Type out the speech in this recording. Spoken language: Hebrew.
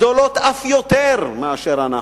גדולות אף יותר מאתנו,